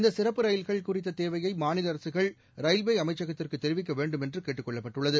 இந்த சிறப்பு ரயில்கள் குறித்த தேவையை மாநில அரசுகள் ரயில்வே அமைச்சகத்திற்கு தெரிவிக்க வேண்டும் என்றுகேட்டுக் கொள்ளப்பட்டுள்ளது